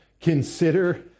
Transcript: consider